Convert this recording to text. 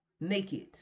Naked